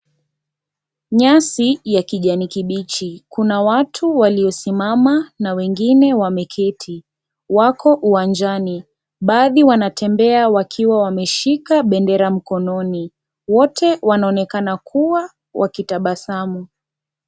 Nyasii ya kijani kibichi, kuna watu waliosimama na wengine wameketi wako uwanjani, baadhi wanatembea wakiwa wameshika bendera mkononi. Wote wanaonekana kuwa wakitabasamu.